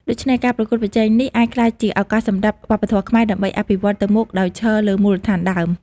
ដូច្នេះ ការប្រកួតប្រជែងនេះអាចក្លាយជាឱកាសសម្រាប់វប្បធម៌ខ្មែរដើម្បីអភិវឌ្ឍទៅមុខដោយឈរលើមូលដ្ឋានដើម។